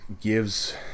gives